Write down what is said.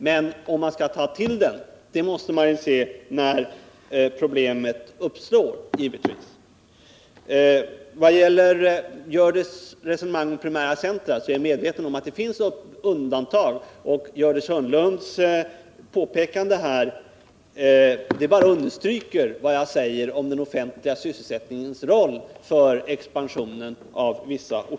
Men huruvida man skall ta till den måste man givetvis ta ställning till när problemet uppstår. Beträffande Gördis Hörnlunds resonemang om primära centra är jag medveten om att det finns undantag, och Gördis Hörnlunds påpekande här bara understryker vad jag säger om den offentliga sysselsättningens roll för vissa orters expansion.